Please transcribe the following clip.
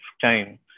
time